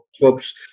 clubs